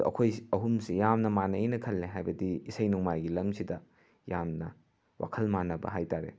ꯑꯗꯣ ꯑꯩꯈꯣꯏ ꯑꯍꯨꯝꯁꯤ ꯌꯥꯝꯅ ꯃꯥꯟꯅꯩꯅ ꯈꯜꯂꯦ ꯍꯥꯏꯕꯗꯤ ꯏꯁꯩ ꯅꯣꯡꯃꯥꯏꯒꯤ ꯂꯝꯁꯤꯗ ꯌꯥꯝꯅ ꯋꯥꯈꯜ ꯃꯥꯟꯅꯕ ꯍꯥꯏ ꯇꯥꯔꯦ